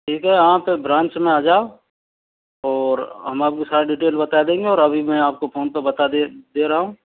ठीक है यहाँ पे ब्रांच में आ जाओ और हम आपको सारी डिटेल बता देंगे और अभी मैं आपको फोन पे बता दे दे रहा हूं